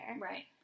right